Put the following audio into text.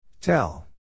Tell